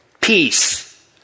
Peace